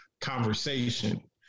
conversation